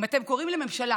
אם אתם קוראים לממשלה